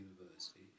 university